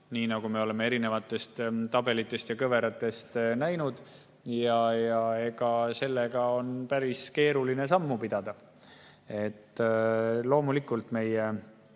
nii nagu me oleme erinevate tabelite ja kõverate põhjal näinud, ja sellega on päris keeruline sammu pidada. Loomulikult vajavad